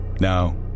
Now